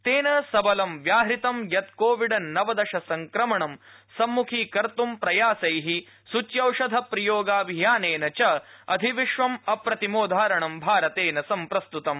तेन सबलं व्याहतं यत् कोविड नवदश संक्रमणं सम्म्खीकत्ं प्रयासै सुच्यौषध प्रयोगाभियानेन च अधिविश्वं अप्रतिमोदाहरणं सम्प्रस्तृतम्